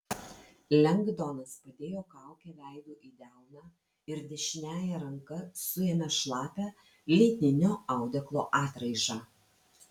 lengdonas padėjo kaukę veidu į delną ir dešiniąja ranka suėmė šlapią lininio audeklo atraižą